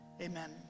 Amen